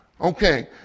Okay